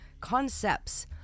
concepts